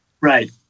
Right